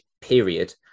period